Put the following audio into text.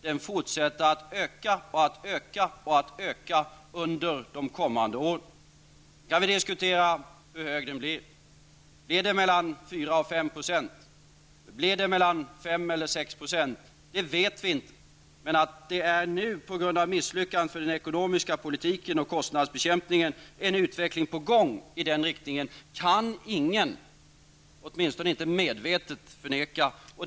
Arbetslösheten fortsätter att öka och öka under de kommande åren. Då kan vi diskutera hur hög arbetslösheten blir. Blir arbetslösheten mellan 4 och 5 %? Blir den mellan 5 och 6 %? Det vet vi inte. Men det är nu på grund av misslyckandena med den ekonomiska politiken och kostnadsbekämpningen en utveckling på gång i den riktningen. Det kan ingen, åtminstone inte medvetet, förneka.